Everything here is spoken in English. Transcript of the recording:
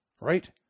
Right